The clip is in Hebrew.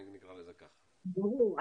ברור.